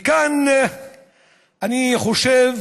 כאן אני חושב